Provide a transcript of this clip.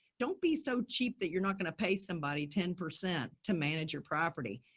don't be so cheap that you're not going to pay somebody ten percent to manage your property.